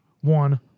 one